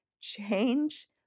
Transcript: Change